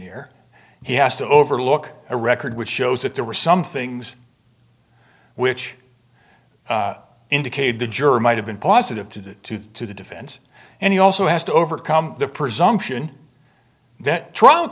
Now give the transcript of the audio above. here he has to overlook a record which shows that there were some things which indicated the jury might have been positive to the to the defense and he also has to overcome the presumption that tr